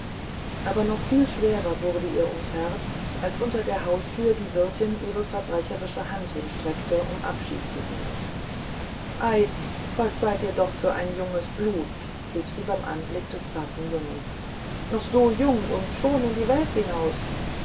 aber noch viel schwerer wurde ihr ums herz als unter der haustüre die wirtin ihre verbrecherische hand hinstreckte um abschied zu nehmen ei was seid ihr doch für ein junges blut rief sie beim anblick des zarten jungen noch so jung und schon in die welt hinaus